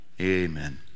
Amen